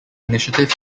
initiative